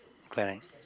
correct